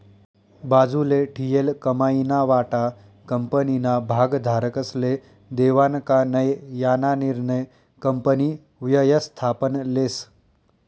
बाजूले ठीयेल कमाईना वाटा कंपनीना भागधारकस्ले देवानं का नै याना निर्णय कंपनी व्ययस्थापन लेस